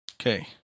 Okay